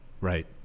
Right